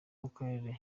w’akarere